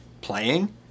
playing